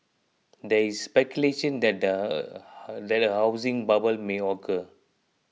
there is speculation that a that a housing bubble may occur